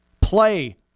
Play